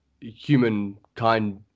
humankind